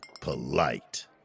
polite